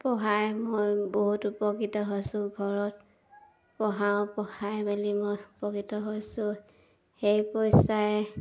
পঢ়াই মই বহুত উপকৃত হৈছোঁ ঘৰত পঢ়াওঁ পঢ়াই মেলি মই উপকৃত হৈছোঁ সেই পইচাৰে